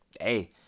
hey